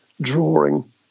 drawing